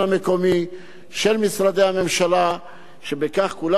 כולם הסכימו לקדם את החקיקה.